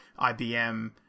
IBM